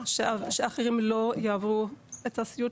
שאחרים לא יעברו את הסיוט